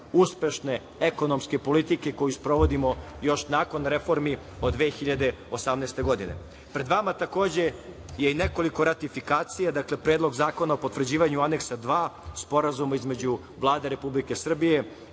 uspešne ekonomske politike koju sprovodimo još nakon reformi 2018. godine. Pred vama je, takođe, nekoliko ratifikacija: Predlog zakona o potvrđivanju predloga Aneksa dva Sporazuma između Vlade Republike Srbije